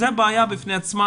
זו בעיה בפני עצמה,